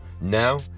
Now